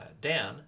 Dan